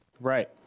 Right